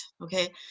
Okay